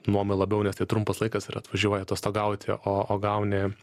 nuomai labiau nes tai trumpas laikas ir atvažiuoja atostogauti o o gauni